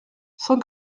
cent